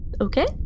okay